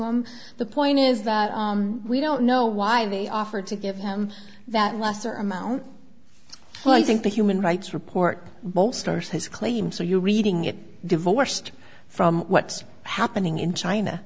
him the point is that we don't know why they offered to give him that lesser amount well i think the human rights report both stars has claimed so you're reading it divorced from what's happening in china